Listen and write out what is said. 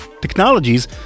Technologies